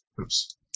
Oops